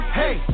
hey